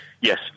yes